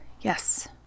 yes